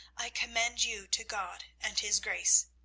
i commend you to god and his grace.